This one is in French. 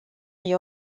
est